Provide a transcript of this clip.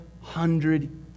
hundred